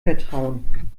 vertrauen